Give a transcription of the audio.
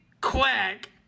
Quack